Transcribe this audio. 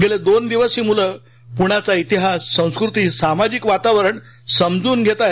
गेले दोन दिवस ही मुलं पुण्याचा इतिहास संस्कृती सामाजिक वातावरण समजून घेत आहेत